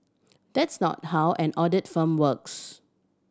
that's not how an audit firm works